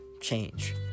change